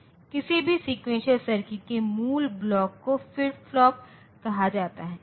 किसी भी सेक्विवेन्शन सर्किट्सके मूल ब्लॉक को फ्लिप फ्लॉप कहा जाता है